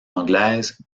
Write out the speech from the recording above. anglaises